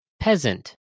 Peasant